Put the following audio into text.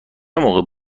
موقع